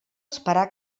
esperar